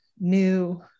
new